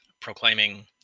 proclaiming